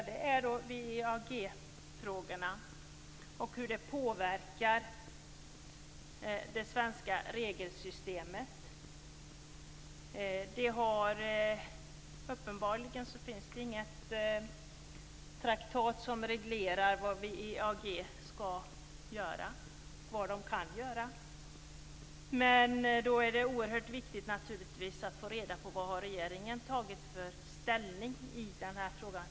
Det gäller frågan om WEAG och hur detta påverkar det svenska regelsystemet. Uppenbarligen finns det inget traktat som reglerar vad WEAG skall göra och kan göra. Då är det naturligtvis oerhört viktigt att få reda på vad regeringen har tagit för ställning i den här frågan.